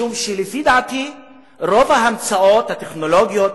משום שלדעתי רוב ההמצאות הטכנולוגיות,